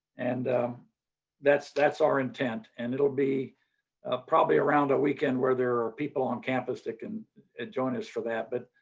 and that's that's our intent. and it will be probably around a weekend where there are people on campus that can join us for that. but